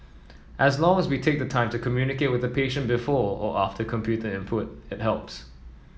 as long as we take the time to communicate with a patient before or after computer input it helps